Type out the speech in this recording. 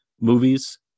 movies